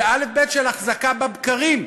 זה אלף-בית של החזקה בבקרים.